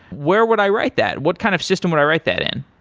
where would i write that? what kind of system would i write that in?